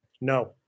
No